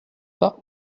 pas